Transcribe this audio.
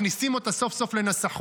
מכניסים אותה סוף סוף לנסחות,